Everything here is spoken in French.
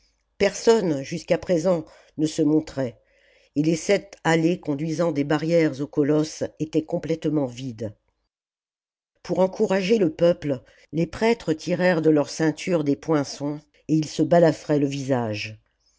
personne jusqu'à présent ne se montrait et les sept allées conduisant des barrières au colosse étaient complètement vides pour encourager le peuple les prêtres tirèrent de leurs ceintures des poinçons et ils se balafraient le visage